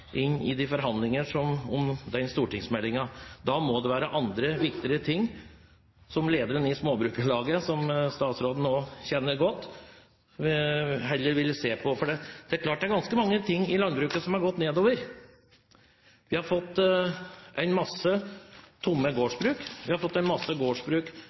inn i forhandlingene om den stortingsmeldingen. Det må være andre, viktigere ting som lederen i Småbrukarlaget, som statsråden også kjenner godt, heller burde se på. For det er klart: Det er ganske mange ting i landbruket som har gått nedover. Vi har fått en masse tomme gårdsbruk. Vi har fått en masse gårdsbruk